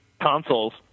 consoles